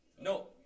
No